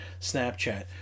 snapchat